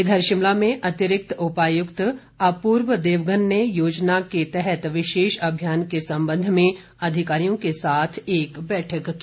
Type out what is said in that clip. इधर शिमला में अतिरिक्त उपायुक्त अपूर्व देवगन ने योजना के तहत विशेष अभियान के संबंध में अधिकारियों के साथ एक बैठक की